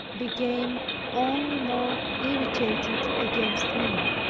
became only more irritated against me.